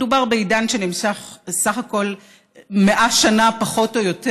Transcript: מדובר בעידן שנמשך סך הכול 100 שנה, פחות או יותר.